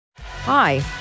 Hi